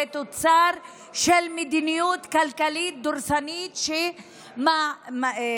היא תוצר של מדיניות כלכלית דורסנית שגורמת